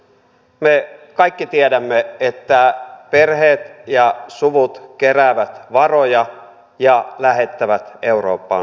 me kaikki tiedämme että perheet ja suvut keräävät varoja ja lähettävät eurooppaan lapsia